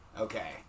Okay